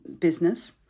business